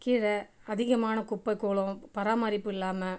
கீழே அதிகமான குப்பைக்கூலம் பராமரிப்பு இல்லாமல்